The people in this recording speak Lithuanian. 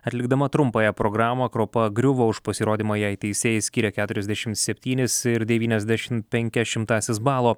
atlikdama trumpąją programą kropa griuvo už pasirodymą jai teisėjai skyrė keturiasdešimt septynis ir devyniasdešimt penkias šimtąsias balo